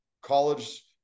college